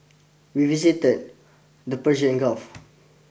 we visited the Persian Gulf